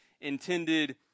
intended